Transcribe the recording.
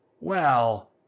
Well